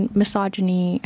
misogyny